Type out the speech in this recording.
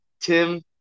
Tim